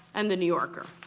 and the new yorker.